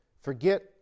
forget